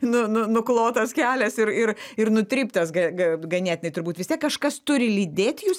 nu nu nuklotas kelias ir ir ir nutryptas ga ga ganėtinai turbūt vis tiek kažkas turi lydėt jus